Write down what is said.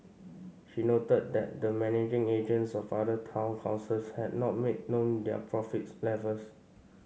she noted that the managing agents of other town councils had not made known their profit levels